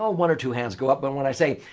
ah one or two hands go up. but when i say,